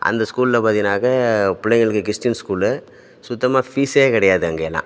அந்த ஸ்கூலில் பார்த்திங்கனாக்க பிள்ளைங்களுக்கு கிறிஸ்டின் ஸ்கூலு சுத்தமாக ஃபீஸே கிடையாது அங்கே எல்லாம்